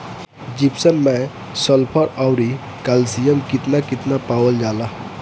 Gypsum मैं sulphur औरी calcium कितना कितना पावल जाला?